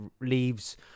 leaves